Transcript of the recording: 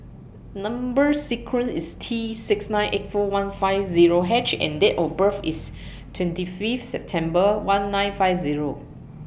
Number sequence IS T six nine eight four one five Zero H and Date of birth IS twenty Fifth September one nine five Zero